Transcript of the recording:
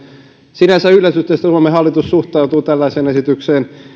sinänsä yllätys että suomen hallitus suhtautuu tällaiseen esitykseen